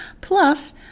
plus